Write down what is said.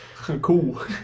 Cool